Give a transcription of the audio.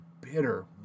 bitter